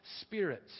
spirits